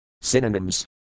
Synonyms